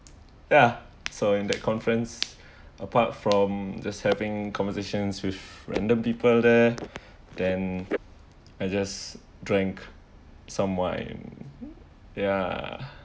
ya so in that conference apart from just having conversations with random people there then I just drink some wine ya